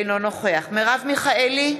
אינו נוכח מרב מיכאלי,